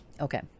okay